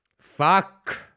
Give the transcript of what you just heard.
Fuck